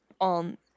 on